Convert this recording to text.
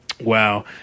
Wow